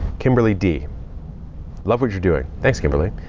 kimberly d love what you're doing. thanks kimberly.